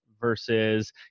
versus